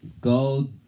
Go